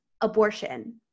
abortion